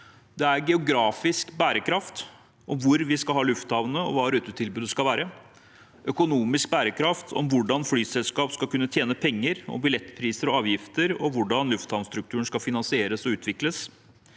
geografisk bærekraft, hvor vi skal ha lufthavnene, og hva rutetilbudet skal være; økonomisk bærekraft, om hvordan flyselskap skal kunne tjene penger, billettpriser og avgifter, og hvordan lufthavnstrukturen skal finansieres og utvikles;